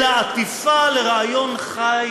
אלא עטיפה לרעיון חי,